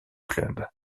club